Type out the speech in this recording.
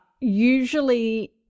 usually